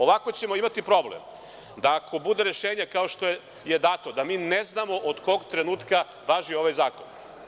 Ovako ćemo imati problem, da ako bude rešenje kao što je dato, da ne znamo od kog trenutka važi ovaj zakon.